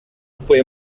fue